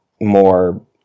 more